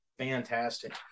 Fantastic